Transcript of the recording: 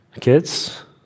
Kids